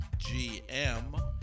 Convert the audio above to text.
GM